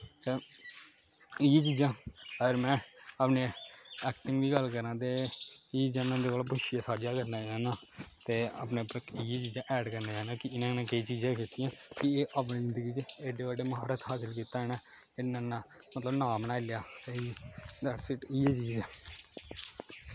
ते इ'यै चीजां अगर में अपने ऐक्टिंग दी गल्ल करां ते एह् चीजां में उंदे कोला पुच्छियै सांझा करना चाह्न्ना ते अपने एह् चीजां ऐड करना चाह्न्ना कि इ'नें केह् चीजां कीतियां कि एह् अपनी जिंदगी च एड्ड बड्डा महारथ हासल कीता इ'नें इन्ना इन्ना मतलब नांऽ बनाई लेआ दैटस इट इयै चीज ऐ